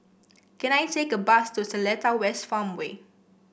can I take a bus to Seletar West Farmway